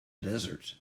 desert